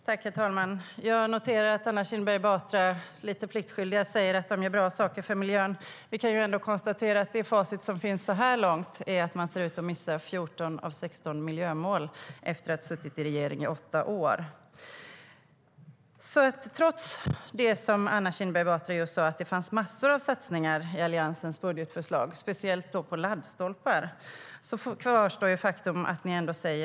Herr talman! Jag noterar att Anna Kinberg Batra lite pliktskyldigt säger att Alliansen gör bra saker för miljön. Vi kan ändå konstatera att det facit som finns så här långt visar att man ser ut att missa 14 av 16 miljömål efter att ha suttit i regeringsställning i åtta år. Trots det som Anna Kinberg Batra just sa om att det finns massor med satsningar i Alliansens budgetförslag, speciellt på laddstolpar, kvarstår faktum att ni säger nej.